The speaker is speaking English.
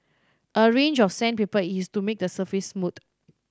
a range of sandpaper is used to make the surface smooth